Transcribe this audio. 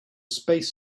space